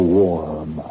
warm